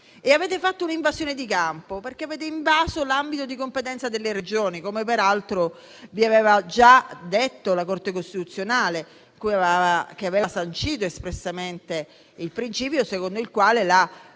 Avete fatto un'invasione di campo, invadendo l'ambito di competenza delle Regioni, come peraltro vi aveva già detto la Corte costituzionale, che aveva sancito espressamente il principio secondo il quale il